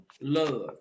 love